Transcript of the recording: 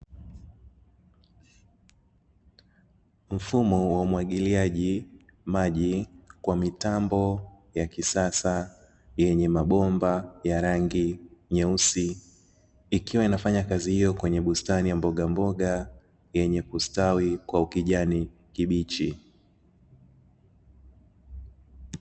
Mfumo wa umwagiliaji maji kwa mitambo ya kisasa, yenye mabomba ya rangi nyeusi, ikiwa inafanya kazi hiyo kwenye bustani ya mbogamboga yenye kustawi kwa ukijani kibichi.